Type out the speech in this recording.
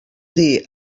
dir